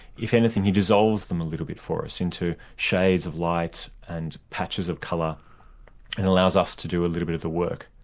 if anything, he dissolves them a little bit for us into shades of light and patches of colour and allows us to do a little bit of the work.